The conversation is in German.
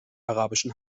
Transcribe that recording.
arabischen